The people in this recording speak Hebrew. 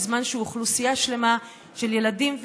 בזמן שאוכלוסייה שלמה של ילדים וילדות,